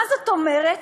מה זאת אומרת?